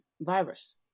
virus